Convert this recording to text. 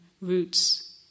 roots